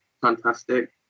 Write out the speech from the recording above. fantastic